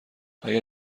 اگر